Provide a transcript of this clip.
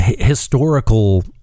historical